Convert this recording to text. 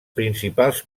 principals